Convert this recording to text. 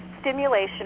stimulation